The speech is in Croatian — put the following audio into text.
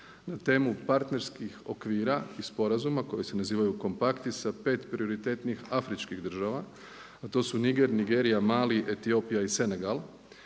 na temu partnerskih okvira i sporazuma koji se nazivaju kompakti sa 5 prioritetnih afričkih država a to su Niger, Nigerija, Mali, Etiopija i Senegal.